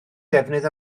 defnydd